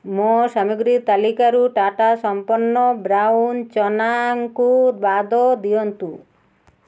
ମୋ ସାମଗ୍ରୀ ତାଲିକାରୁ ଟାଟା ସମ୍ପନ୍ନ ବ୍ରାଉନ୍ ଚନାଙ୍କୁ ବାଦ୍ ଦିଅନ୍ତୁ